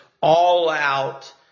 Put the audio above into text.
all-out